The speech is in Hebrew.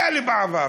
היה לי בעבר.